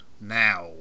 Now